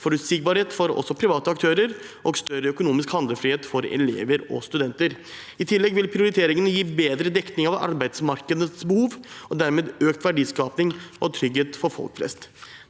forutsigbarhet også for private aktører og større økonomisk handlefrihet for elever og studenter. I tillegg vil prioriteringene gi bedre dekning av arbeidsmarkedets behov og dermed økt verdiskaping og trygghet for folk flest.